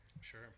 Sure